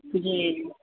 जी